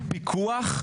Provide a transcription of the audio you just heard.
את הפיקוח.